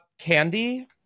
candy